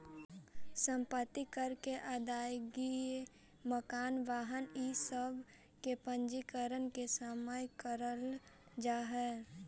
सम्पत्ति कर के अदायगी मकान, वाहन इ सब के पंजीकरण के समय करल जाऽ हई